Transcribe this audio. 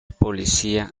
policía